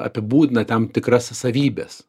apibūdina tam tikras savybes